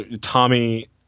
Tommy